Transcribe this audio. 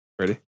Ready